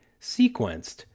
sequenced